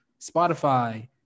Spotify